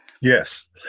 Yes